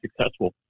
successful